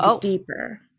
deeper